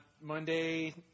monday